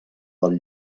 del